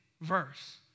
verse